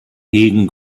hegen